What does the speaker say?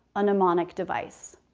a mnemonic device.